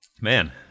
Man